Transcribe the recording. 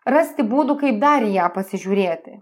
rasti būdų kaip dar į ją pasižiūrėti